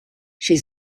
she